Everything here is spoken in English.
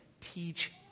teach